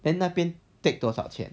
then 那边 take 多少钱